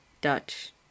Dutch